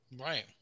Right